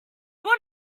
want